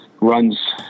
runs